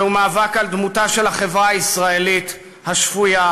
זה מאבק על דמותה של החברה הישראלית השפויה,